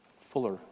fuller